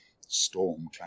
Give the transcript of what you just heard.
Storm